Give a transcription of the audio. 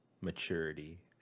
maturity